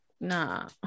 nah